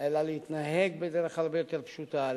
אלא להתנהג בדרך הרבה יותר פשוטה,